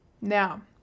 Now